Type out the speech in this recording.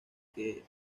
que